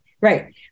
Right